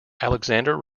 alexander